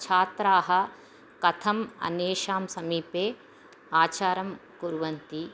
छात्राः कथम् अन्येषां समीपे आचारं कुर्वन्ति